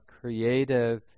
creative